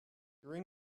during